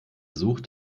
sucht